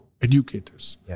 educators